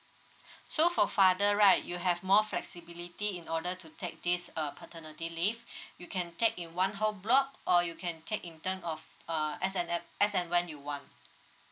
so for father right you have more flexibility in order to take this uh paternity leave you can take in one whole block or you can take in term of uh as and ap~ as and when you want